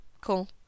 cool